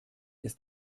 ist